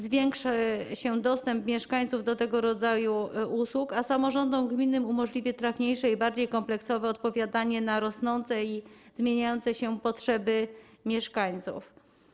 Zwiększy się przez to dostęp mieszkańców do tego rodzaju usług, a samorządom gminnym umożliwi to trafniejsze i bardziej kompleksowe odpowiadanie na rosnące i zmieniające się potrzeby mieszkańców.